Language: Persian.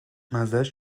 مزهاش